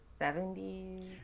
70s